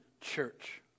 church